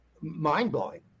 mind-blowing